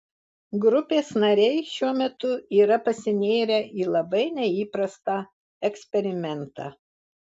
grupės nariai šiuo metu yra pasinėrę į labai neįprastą eksperimentą